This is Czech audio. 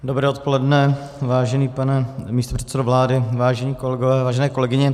Dobré odpoledne, vážený pane místopředsedo vlády, vážení kolegové, vážené kolegyně.